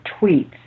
tweets